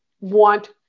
want